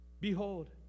behold